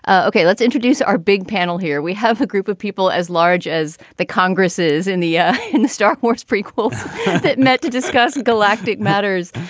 ok. let's introduce our big panel here. we have a group of people as large as the congresss in the yeah in the star wars prequels that met to discuss galactic matters.